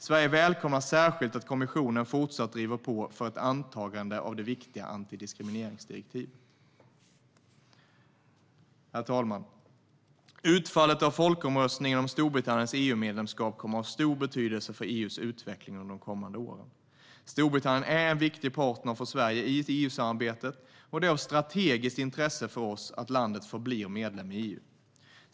Sverige välkomnar särskilt att kommissionen fortsatt driver på för ett antagande av det viktiga antidiskrimineringsdirektivet. Herr talman! Utfallet av folkomröstningen om Storbritanniens EU-medlemskap kommer att ha stor betydelse för EU:s utveckling under de kommande åren. Storbritannien är en viktig partner för Sverige i EU-samarbetet, och det är av strategiskt intresse för oss att landet förblir medlem i EU.